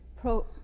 Pro